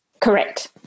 Correct